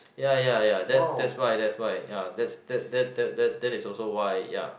ya ya ya that's that's why that's why ya that's that that that that is also why ya